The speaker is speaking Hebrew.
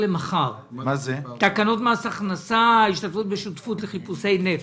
בנושא תקנות מס הכנסה (השתתפות בשותפות לחיפושי נפט),